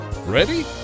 Ready